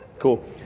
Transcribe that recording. Cool